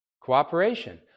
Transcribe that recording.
Cooperation